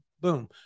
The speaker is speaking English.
boom